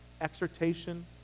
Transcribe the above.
exhortation